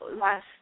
last